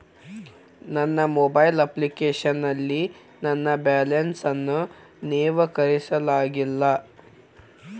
ನನ್ನ mobile application ನಲ್ಲಿ ನನ್ನ ಬ್ಯಾಲೆನ್ಸ್ ಅನ್ನು ನವೀಕರಿಸಲಾಗಿಲ್ಲ